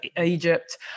Egypt